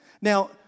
Now